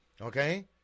Okay